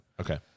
Okay